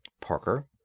Parker